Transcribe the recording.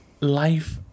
life